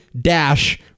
dash